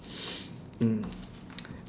mm